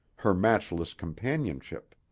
her matchless companionship.